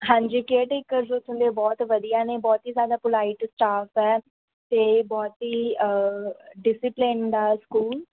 ਹਾਂਜੀ ਕੇਅਰਟੇਕਰਸ ਉੱਥੋਂ ਦੇ ਬਹੁਤ ਵਧੀਆ ਨੇ ਬਹੁਤ ਹੀ ਜ਼ਿਆਦਾ ਪੋਲਾਈਟ ਸਟਾਫ ਹੈ ਅਤੇ ਬਹੁਤ ਹੀ ਡਿਸਿਪਲਿਨ ਦਾ ਸਕੂਲ